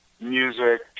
music